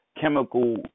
chemical